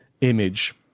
image